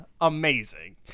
amazing